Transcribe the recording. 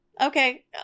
Okay